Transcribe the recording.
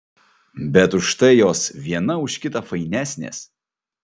bet už tai jos viena už kitą fainesnės